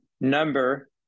number